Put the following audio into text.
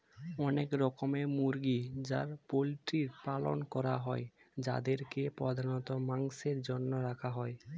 এরম অনেক মুরগি আর পোল্ট্রির পালন করা হয় যাদেরকে প্রধানত মাংসের জন্য রাখা হয়